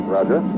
Roger